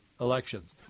elections